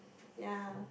ya